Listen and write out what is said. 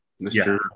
Mr